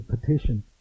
petition